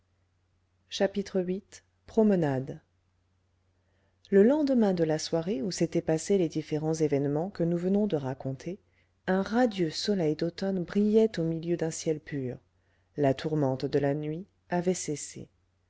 viii promenade le lendemain de la soirée où s'étaient passés les différents événements que nous venons de raconter un radieux soleil d'automne brillait au milieu d'un ciel pur la tourmente de la nuit avait cessé